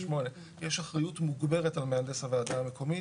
יש אחריות מוגברת על מהנדס הוועדה המקומית,